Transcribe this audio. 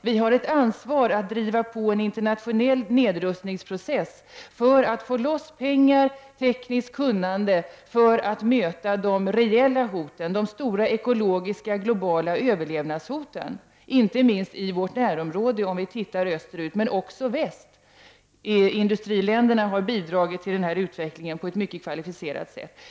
Vi har ett ansvar för att driva på en internationell nedrustningsprocess för att få loss pengar och tekniskt kunnande, för att möta de reella hoten, de stora ekologiska, globala överlevnadshoten, inte minst i vårt närområde i Östeuropa — men också i väst. Industriländerna har bidragit till den här utvecklingen på ett mycket kvalificerat sätt.